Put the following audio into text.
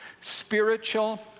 spiritual